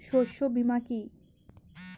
শস্য বীমা কি?